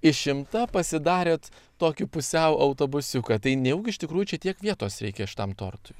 išimta pasidarėt tokį pusiau autobusiuką tai nejaugi iš tikrųjų čia tiek vietos reikia šitam tortui